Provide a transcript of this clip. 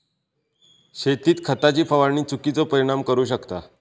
शेतीत खताची फवारणी चुकिचो परिणाम करू शकता